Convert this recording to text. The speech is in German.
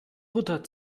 butter